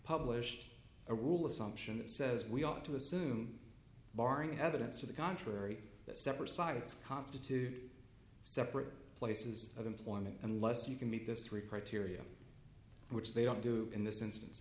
published a rule assumption that says we ought to assume barring evidence to the contrary that separate sites constitute separate places of employment unless you can meet this required tyria which they don't do in this instance